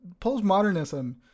Postmodernism